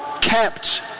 kept